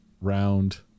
round